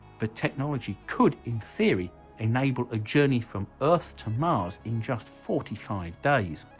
the technology could in theory enable a journey from earth to mars in just forty five days.